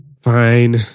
Fine